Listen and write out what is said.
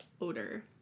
odor